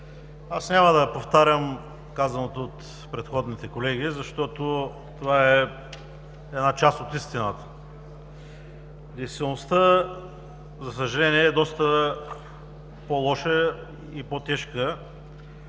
Аз няма да повтарям казаното от предходните колеги, защото това е една част от истината. Действителността, за съжаление, е доста по лоша и по-тежка,